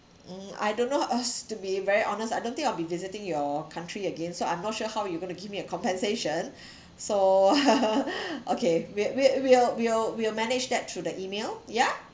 mm I don't know us to be very honest I don't think I'll be visiting your country again so I'm not sure how you gonna give me a compensation so okay we we we'll we'll we'll manage that through the email ya